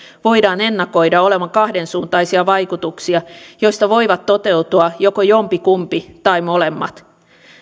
voidaan ennakoida olevan kahdensuuntaisia vaikutuksia joista voivat toteutua joko jommatkummat tai molemmat